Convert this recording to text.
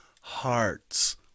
hearts